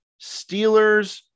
Steelers